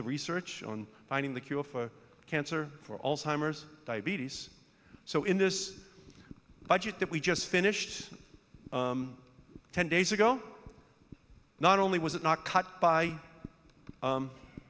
the research on finding the cure for cancer for all simers diabetes so in this budget that we just finished ten days ago not only was it not cut by